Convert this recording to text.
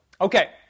Okay